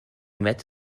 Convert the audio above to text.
met